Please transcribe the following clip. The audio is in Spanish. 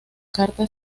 carta